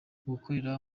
gukorera